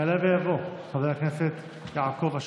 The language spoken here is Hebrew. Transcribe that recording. יעלה ויבוא חבר הכנסת יעקב אשר.